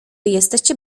jesteście